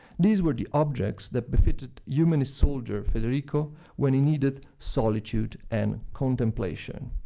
these were the objects that befitted humanist soldier federico when he needed solitude and contemplation.